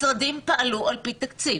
משרדים פעלו על פי תקציב.